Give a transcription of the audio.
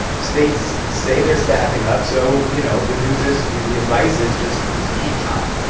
states say they're staffing up. so you know, the news is the the advice is, just just keep trying